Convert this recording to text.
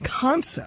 concept